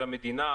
של המדינה,